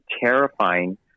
terrifying